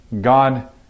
God